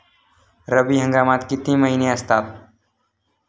रब्बी हंगामात किती महिने असतात?